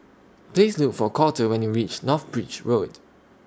Please Look For Colter when YOU REACH North Bridge Road